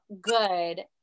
good